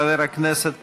חבר הכנסת